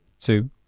two